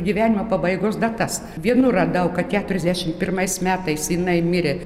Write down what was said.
gyvenimo pabaigos datas vienur radau kad keturiasdešim pirmais metais jinai mirė